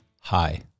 hi